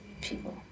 people